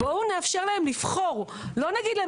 בואו נאפשר להם לבחור; לא נגיד להם: